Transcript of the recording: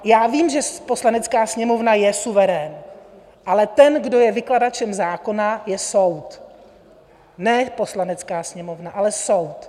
Já vím, že Poslanecká sněmovna je suverén, ale ten, kdo je vykladačem zákona, je soud, ne Poslanecká sněmovna, ale soud.